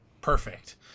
perfect